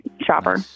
shopper